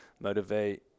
motivate